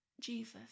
Jesus